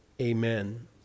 amen